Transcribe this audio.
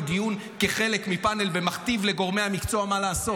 דיון כחלק מפאנל ומכתיב לגורמי המקצועי מה לעשות.